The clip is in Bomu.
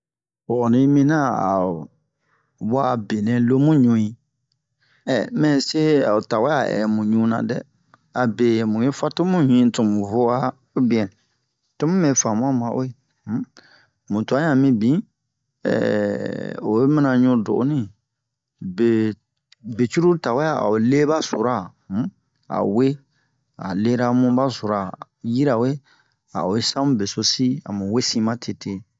o onni yi miniyan a o wa'a benɛ lo mu ɲu'in mɛ se a o tawɛ a o ɛ mu ɲuna abe mu yi fato mu ɲu'in tomu vo a ubiyɛn tomu mɛ fanmu'an ma uwe um mu tuwa ɲan mibin o yi mina ɲu do'onu be be curulu tawɛ a le ɓa sura um a wee a leramu ɓa sura yirawe a o yi samu besosi a mu wesin matete